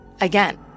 Again